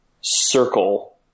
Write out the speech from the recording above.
circle